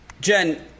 Jen